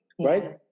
right